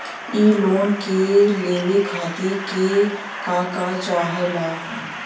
इ लोन के लेवे खातीर के का का चाहा ला?